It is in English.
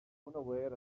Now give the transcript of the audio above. unaware